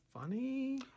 funny